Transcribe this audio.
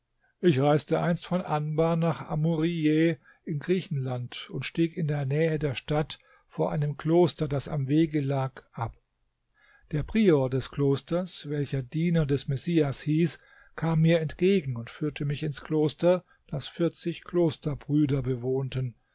ich reiste einst von anbar nach amurijeh in griechenland und stieg in der nähe der stadt vor einem kloster das am wege lag ab der prior des klosters welcher diener des messias hieß kam mir entgegen und führte mich ins kloster das vierzig klosterbrüder bewohnten